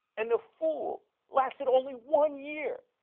and the fool lasted only one year.